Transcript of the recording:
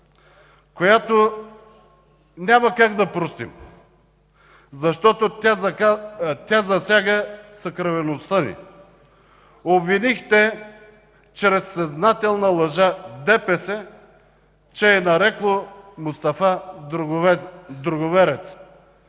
която няма как да простим, защото тя засяга съкровеността ни. Обвинихте чрез съзнателна лъжа ДПС, че е нарекло Мустафа „друговерец”.